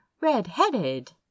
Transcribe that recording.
red-headed